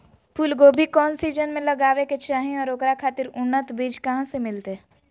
फूलगोभी कौन सीजन में लगावे के चाही और ओकरा खातिर उन्नत बिज कहा से मिलते?